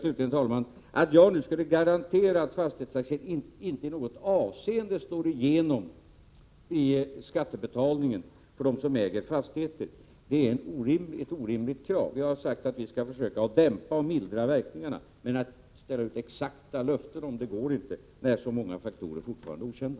Slutligen, herr talman: Att begära att jag nu skulle garantera att KS Aas fastighetstaxeringen inte i något avseende slår igenom på skattebetalningen SRS ärdor 2990, år för dem som äger fastigheter är ett orimligt krav. Jag har sagt att vi skall fastighetstaxering, försöka dämpa och mildra verkningarna, men att ställa ut exakta löften om dem går inte när så många faktorer fortfarande är okända.